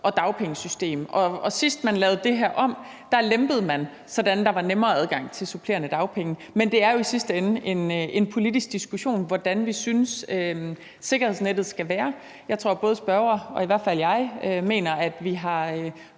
og dagpengesystem. Sidst man lavede det her om, lempede man det, så der var nemmere adgang til supplerende dagpenge. Men det er jo i sidste ende en politisk diskussion om, hvordan vi synes at sikkerhedsnettet skal være. Jeg tror, at spørgeren og i hvert fald jeg har det sådan